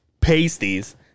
pasties